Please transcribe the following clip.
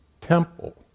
temple